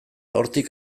hortik